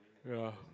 ya